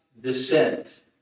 descent